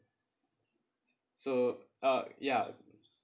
so uh ya